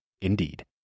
indeed